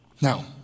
Now